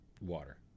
water